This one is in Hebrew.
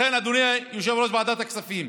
לכן, אדוני יושב-ראש ועדת הכספים,